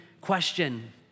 question